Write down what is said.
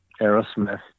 Aerosmith